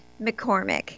McCormick